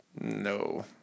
No